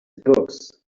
books